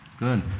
Good